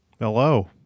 Hello